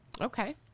Okay